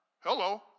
Hello